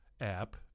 app